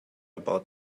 about